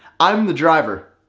i'm the driver.